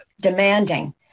demanding